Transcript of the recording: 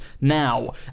now